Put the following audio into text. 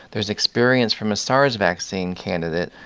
there's experience from a sars vaccine candidate.